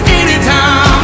anytime